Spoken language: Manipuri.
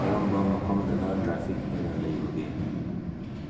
ꯀꯔꯝꯕ ꯃꯐꯝꯗꯅ ꯇ꯭ꯔꯥꯐꯤꯛ ꯍꯦꯟꯅ ꯂꯩꯕꯒꯦ